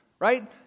Right